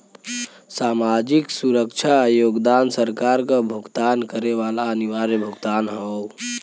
सामाजिक सुरक्षा योगदान सरकार क भुगतान करे वाला अनिवार्य भुगतान हौ